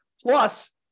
Plus